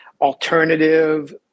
alternative